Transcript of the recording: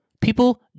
people